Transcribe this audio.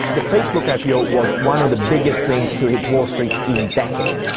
the facebook ipo was one of the biggest things to hit wall street in decades,